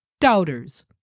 doubters